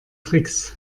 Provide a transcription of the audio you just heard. tricks